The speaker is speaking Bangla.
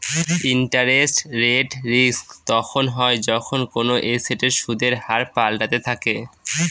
ইন্টারেস্ট রেট রিস্ক তখন হয় যখন কোনো এসেটের সুদের হার পাল্টাতে থাকে